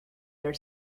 their